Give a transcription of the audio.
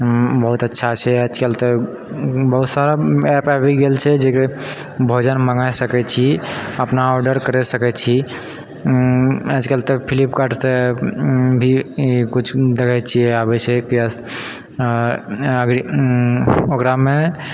बहुत अच्छा छै आजकल तऽ बहुत सारा ऐप आबि गेल छै जकरा भोजन मङ्गाए सकै छी अपना आर्डर करै सकै छी आजकल तऽ फ्लिप कार्ड सँ भी कुछ देखै छियै आबै छै अभी ओकरामे